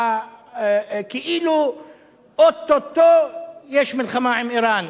כאילו או-טו-טו יש מלחמה עם אירן,